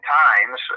times